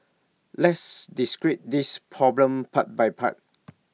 let's this problem part by part